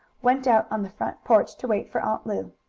went out on the front porch to wait for aunt lu.